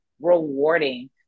rewarding